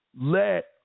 let